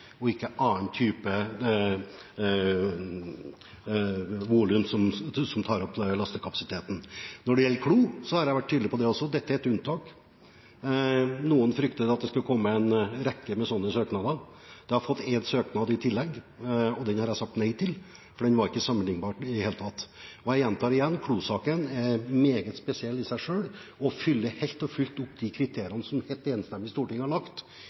og ikke mot annen type volum som tar opp lastekapasiteten. Når det gjelder Klo-saken, har jeg vært tydelig på det også: Dette er et unntak. Noen fryktet at det skulle komme en rekke slike søknader – jeg har fått én søknad i tillegg. Den har jeg sagt nei til, for den var ikke sammenlignbar i det hele tatt. Og jeg gjentar igjen: Klo-saken er i seg selv meget spesiell og oppfyller helt og fullt de kriteriene som et enstemmig storting har lagt